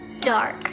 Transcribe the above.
dark